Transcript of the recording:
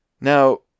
now